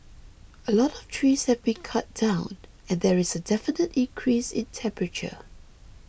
a lot of trees have been cut down and there is a definite increase in temperature